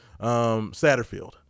Satterfield